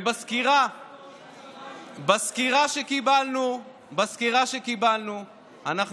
בסקירה שקיבלנו